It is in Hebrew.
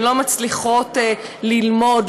הן לא מצליחות ללמוד,